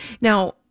now